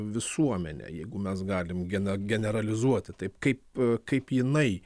visuomenė jeigu mes galim gena generalizuoti taip kaip kaip jinai